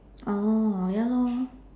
oh ya lor